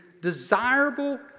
desirable